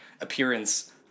appearance